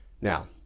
Now